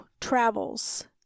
travels